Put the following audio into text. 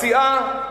הסיעה,